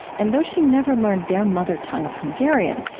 and though she never learned their mother tongue of hungarian,